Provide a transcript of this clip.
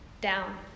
down